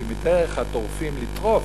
כי מדרך הטורפים לטרוף,